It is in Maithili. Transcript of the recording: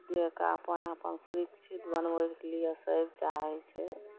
देहके अपन अपन सुरक्षित बनबैके लेल सब चाहै छै